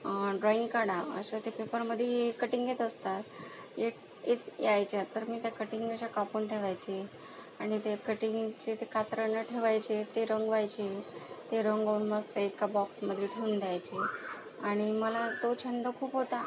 drawing काढा अशा ते पेपरमध्ये कटिंग येत असतात ये ये यायच्या तर मी त्या कटिंग अश्या कापून ठेवायची आणि ते कटिंगचे ते कात्रणं ठेवायचे ते रंगवायचे ते रंगवून मस्त एका बॉक्समध्ये ठेऊन द्यायचे आणि मला तो छंद खूप होता